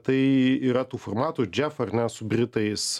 tai yra tų formatų džef ar ne su britais